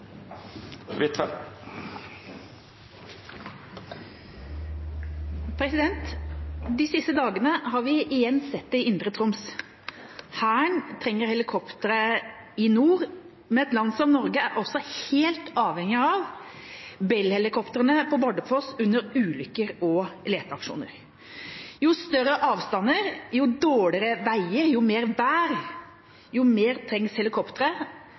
Huitfeldt. De siste dagene har vi igjen sett det i Indre Troms: Hæren trenger helikoptre i nord. Et land som Norge er helt avhengig av Bell-helikoptrene på Bardufoss under ulykker og leteaksjoner. Jo større avstander, jo dårligere veier, jo mer vær, jo mer trengs